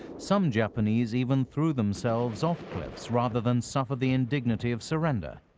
some japanese even threw themselves off cliffs rather than suffer the indignity of surrender.